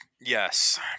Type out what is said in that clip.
Yes